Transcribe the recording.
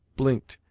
blinked,